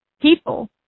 people